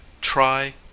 try